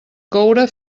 coure